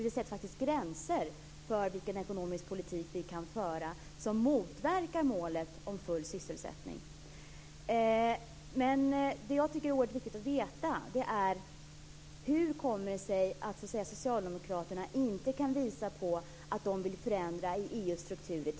Det sätter faktiskt gränser för vilken ekonomisk politik vi kan föra, som motverkar målet full sysselsättning. Det jag tycker är oerhört viktigt att veta är hur det kommer sig att socialdemokraterna inte kan visa på att de vill förändra i EU:s strukturer.